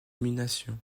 nomination